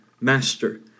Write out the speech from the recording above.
Master